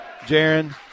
Jaron